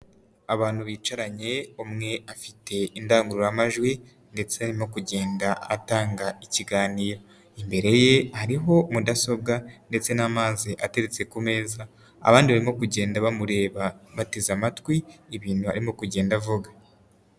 Abantu bicaranye umwe afite indangururamajwi ndetse no kugenda atanga ikiganiro, imbere ye hariho mudasobwa ndetse n'amazi ateretse ku meza abandi barimo kugenda bamureba bateze amatwi ibintu arimo kugenda avuga.